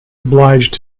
obliged